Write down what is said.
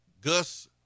Gus